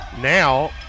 now